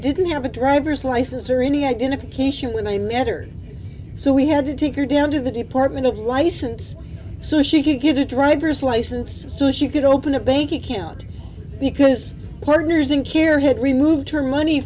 didn't have a driver's license or any identification with one letter so we had to take her down to the department of license so she could get a driver's license so as you could open a bank account because partners inc here had removed her money